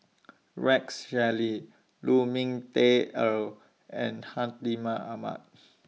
Rex Shelley Lu Ming Teh Earl and Hartimah Ahmad